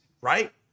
right